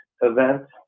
event